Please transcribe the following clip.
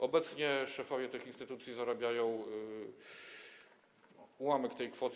Obecnie szefowie tych instytucji zarabiają ułamek tej kwoty.